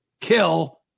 Kill